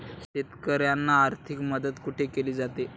शेतकऱ्यांना आर्थिक मदत कुठे केली जाते?